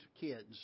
kids